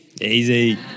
Easy